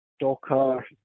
Docker